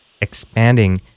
expanding